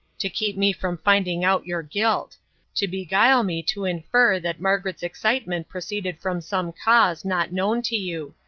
to keep me from finding out your guilt to beguile me to infer that margaret's excitement proceeded from some cause not known to you.